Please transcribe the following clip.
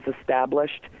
established